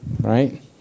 right